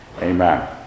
Amen